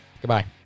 Goodbye